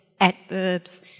adverbs